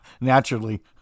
naturally